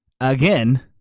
again